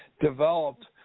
developed